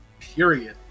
Period